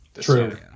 True